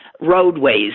roadways